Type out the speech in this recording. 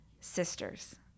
sisters